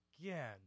again